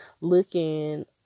looking